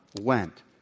went